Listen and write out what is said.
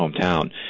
hometown